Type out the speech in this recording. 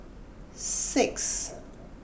six